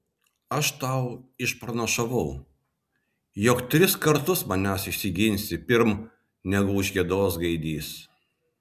aš tau išpranašavau jog tris kartus manęs išsiginsi pirm negu užgiedos gaidys